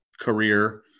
career